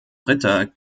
ritter